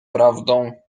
prawdą